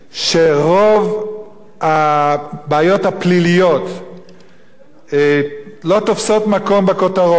שרוב הבעיות הפליליות לא תופסות מקום בכותרות,